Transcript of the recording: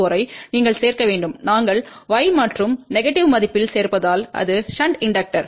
64 ஐ நீங்கள் சேர்க்க வேண்டும் நாங்கள் y மற்றும் நெகடிவ் மதிப்பில் சேர்ப்பதால் அது ஷுன்ட் இண்டக்டர்